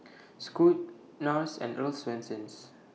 Scoot Nars and Earl's Swensens